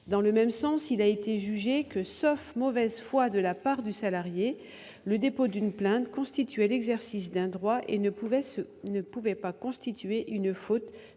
Dans le même sens, il a été jugé que, sauf mauvaise foi de la part du salarié, le dépôt d'une plainte constituait l'exercice d'un droit et ne pouvait pas être une faute